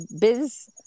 biz